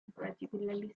particularly